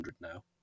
now